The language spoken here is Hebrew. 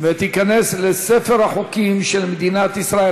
ותיכנס לספר החוקים של מדינת ישראל.